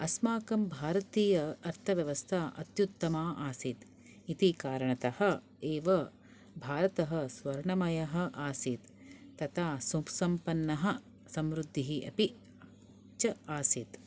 अस्माकं भारतीय अर्थव्यवस्था अत्युत्तमा आसीत् इति कारणतः एव भारतः स्वर्णमयः आसीत् तता सुख् सम्पन्नः समृद्धिः अपि च आसीत्